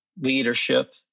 leadership